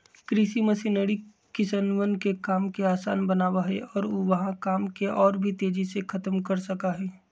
कृषि मशीनरी किसनवन के काम के आसान बनावा हई और ऊ वहां काम के और भी तेजी से खत्म कर सका हई